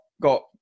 got